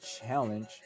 challenge